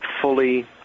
fully